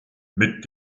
mit